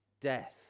death